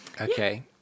Okay